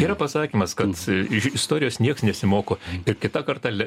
yra pasakymas kad iš istorijos nieks nesimoko ir kita karta